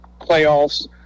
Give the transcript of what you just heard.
playoffs